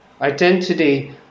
Identity